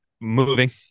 moving